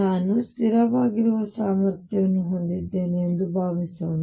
ನಾನು ಸ್ಥಿರವಾಗಿರುವ ಸಾಮರ್ಥ್ಯವನ್ನು ಹೊಂದಿದ್ದೇನೆ ಎಂದು ಭಾವಿಸೋಣ